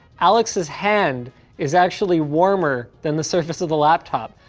alex's hand is actually warmer than the surface of the laptop.